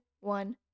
one